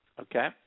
Okay